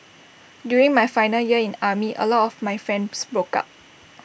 during my final year in army A lot of my friends broke up